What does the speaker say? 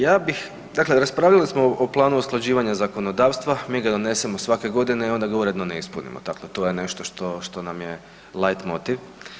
Ja bih, dakle raspravljali smo o planu usklađivanja zakonodavstva, mi ga donesemo svake godine i onda ga uredno ne ispunimo, dakle to je nešto što nam je lajtmotiv.